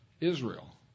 Israel